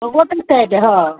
ମୁଁ କହୁଥିନି ତ ଏବେ ହଁ